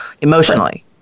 emotionally